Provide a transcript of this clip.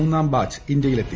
മൂന്നാം ബാച്ച് ഇന്ത്യയിലെത്തി